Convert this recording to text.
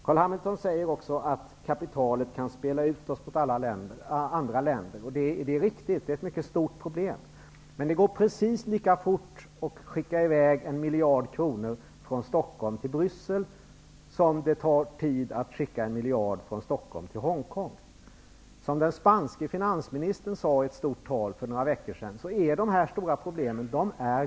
Carl B Hamilton säger också att kapitalet kan spela ut oss mot andra länder, och det är riktigt. Det är ett mycket stort problem. Men det går precis lika fort att skicka i väg en miljard kronor från Som den spanske finansministern sade i ett stort tal för några veckor sedan är de här stora problemen globala.